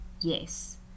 yes